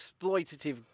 exploitative